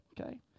Okay